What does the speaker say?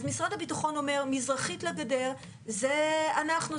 אז משרד הביטחון אומר: מזרחית לגדר זה אנחנו,